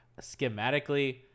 Schematically